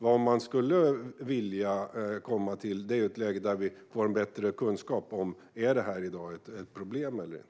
Vad man skulle vilja komma till är ett läge där vi får bättre kunskap om det här är ett problem i dag eller inte.